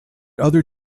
other